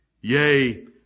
Yea